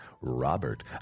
Robert